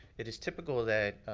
it is typical that,